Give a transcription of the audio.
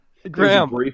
Graham